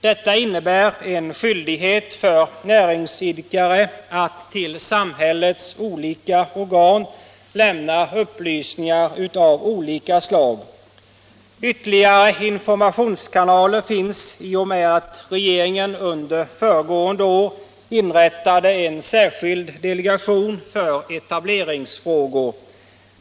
Detta innebär en skyldighet för näringsidkare att till samhällets organ lämna upplysningar av olika slag. Ytterligare informationskanaler finns i och med att regeringen under föregående år inrättade en särskild delegation för etableringsfrågor.